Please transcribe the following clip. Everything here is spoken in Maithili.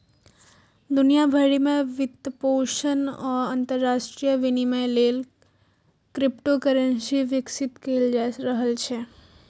दुनिया भरि मे वित्तपोषण आ अंतरराष्ट्रीय विनिमय लेल क्रिप्टोकरेंसी विकसित कैल जा रहल छै